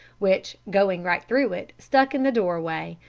which, going right through it, stuck in the doorway,